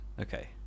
Okay